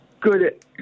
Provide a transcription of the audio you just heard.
good